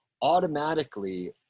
automatically